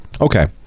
Okay